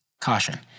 Caution